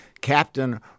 Captain